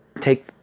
take